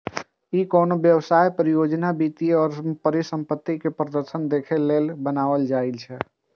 ई कोनो व्यवसाय, परियोजना, वित्तीय परिसंपत्ति के प्रदर्शन देखाबे लेल बनाएल जाइ छै